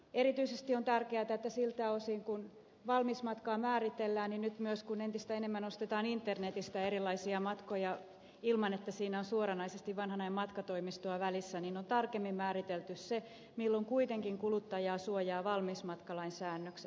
erityisesti on tärkeätä että siltä osin kun valmismatkaa määritellään niin nyt myös kun entistä enemmän ostetaan internetistä erilaisia matkoja ilman että siinä on suoranaisesti vanhanajan matkatoimistoa välissä on tarkemmin määritelty se milloin kuitenkin kuluttajaa suojaavat valmismatkalain säännökset